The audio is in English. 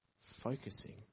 focusing